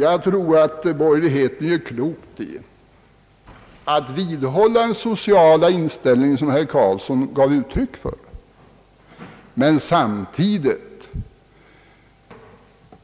Jag tror att borgerligheten gör klokt i att vidhålla den sociala inställning som herr Carlsson gav uttryck för, men samtidigt